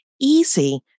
easy